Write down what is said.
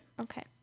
Okay